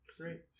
Great